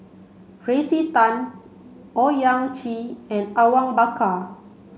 Tracey Tan Owyang Chi and Awang Bakar